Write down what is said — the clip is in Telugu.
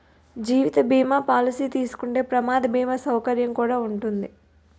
జీవిత బీమా పాలసీ తీసుకుంటే ప్రమాద బీమా సౌకర్యం కుడా ఉంటాది